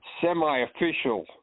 semi-official